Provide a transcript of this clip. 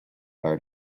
art